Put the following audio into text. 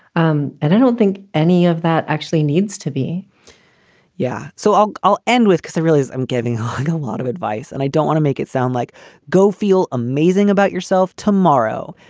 um and i don't think any of that actually needs to be yeah. so i'll i'll end with cause i realize i'm giving her a lot of advice and i don't want to make it sound like go feel amazing about yourself tomorrow.